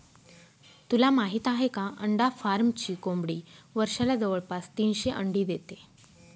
तुला माहित आहे का? अंडा फार्मची कोंबडी वर्षाला जवळपास तीनशे अंडी देते